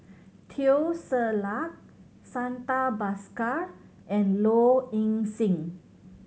Teo Ser Luck Santha Bhaskar and Low Ing Sing